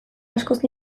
askoz